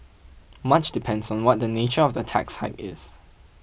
much depends on what the nature of the tax hike is